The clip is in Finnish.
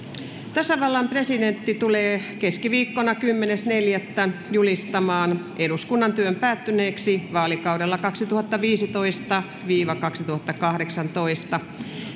tasavallan presidentti tulee keskiviikkona kymmenes neljättä kaksituhattayhdeksäntoista julistamaan eduskunnan työn päättyneeksi vaalikaudelta kaksituhattaviisitoista viiva kaksituhattakahdeksantoista